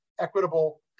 equitable